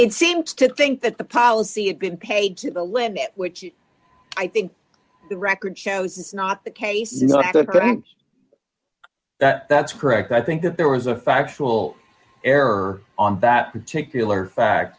it seems to think that the policy is been paid to the land which i think the record shows it's not the case it's not that that's correct i think that there was a factual error on that particular fact